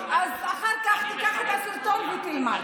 אז אחר כך תיקח את הסרטון ותלמד.